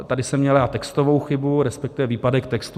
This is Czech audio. Tady jsem měl textovou chybu, respektive výpadek textu.